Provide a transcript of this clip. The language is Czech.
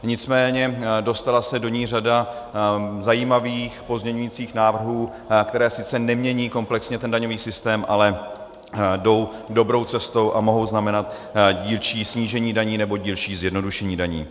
Nicméně dostala se do ní řada zajímavých pozměňujících návrhů, které sice nemění komplexně daňový systém, ale jdou dobrou cestou a mohou znamenat dílčí snížení daní nebo dílčí zjednodušení daní.